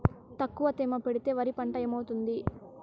తక్కువ తేమ పెడితే వరి పంట ఏమవుతుంది